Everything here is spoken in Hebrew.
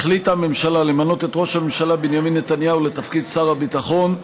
החליטה הממשלה למנות את ראש הממשלה בנימין נתניהו לתפקיד שר הביטחון,